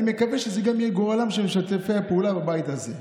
אני מקווה שזה יהיה גם גורלם של משתפי הפעולה בבית הזה.